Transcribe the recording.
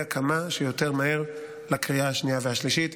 כמה שיותר מהר לקריאה השנייה והשלישית.